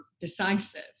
decisive